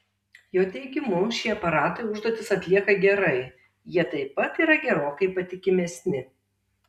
jo teigimu šie aparatai užduotis atlieka gerai jie taip pat yra gerokai patikimesni